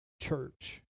church